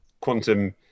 quantum